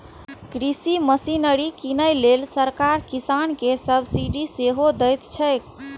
कृषि मशीनरी कीनै लेल सरकार किसान कें सब्सिडी सेहो दैत छैक